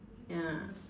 ya